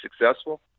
successful